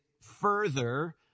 further